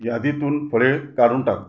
यादीतून फळे काढून टाक